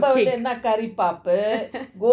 cake